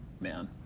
man